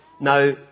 Now